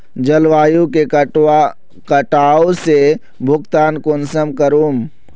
जलवायु के कटाव से भुगतान कुंसम करूम?